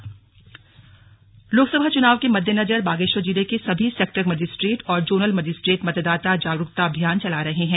slug मतदाता जागरूकता बागेश्वर लोकसभा चुनाव के मद्देनजर बागेश्वर जिले के सभी सेक्टर मजिस्ट्रेट और जोनल मजिस्ट्रेट मतदाता जागरूकता अभियान चला रहे हैं